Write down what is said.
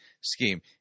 scheme